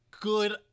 good